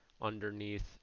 underneath